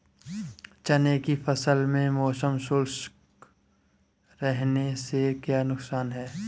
चने की फसल में मौसम शुष्क रहने से क्या नुकसान है?